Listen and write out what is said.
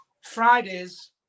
fridays